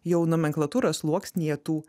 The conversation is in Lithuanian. jau nomenklatūros sluoksnyje tų